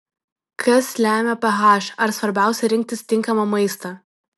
kas lemia ph ar svarbiausia rinktis tinkamą maistą